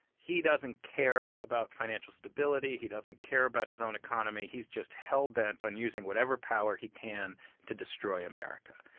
he doesn't care about financial stability. he doesn't care about his own economy. he's just hell-bent on using whatever power he can to destroy america.